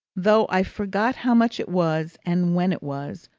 though i forgot how much it was and when it was.